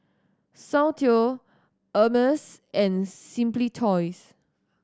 Soundteoh Hermes and Simply Toys